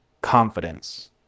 confidence